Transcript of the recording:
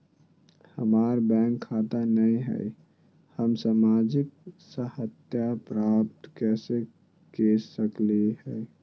हमार बैंक खाता नई हई, हम सामाजिक सहायता प्राप्त कैसे के सकली हई?